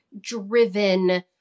driven